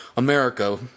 america